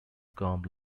comb